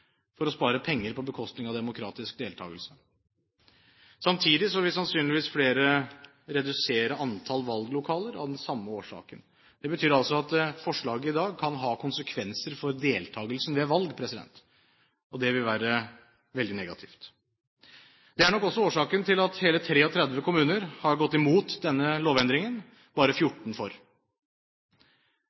for å spare penger på bekostning av demokratisk deltakelse. Samtidig vil sannsynligvis flere redusere antall valglokaler av den samme årsaken. Det betyr altså at forslaget i dag kan ha konsekvenser for deltakelsen ved valg, og det vil være veldig negativt. Det er nok også årsaken til at hele 33 kommuner har gått imot denne lovendringen, og bare 14 er for.